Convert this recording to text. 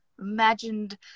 imagined